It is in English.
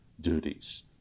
duties